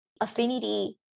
Affinity